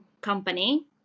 company